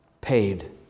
paid